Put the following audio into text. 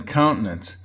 countenance